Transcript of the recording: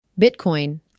Bitcoin